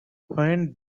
when